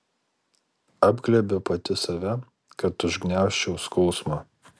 apglėbiu pati save kad užgniaužčiau skausmą